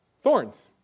Thorns